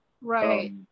Right